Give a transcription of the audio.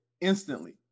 instantly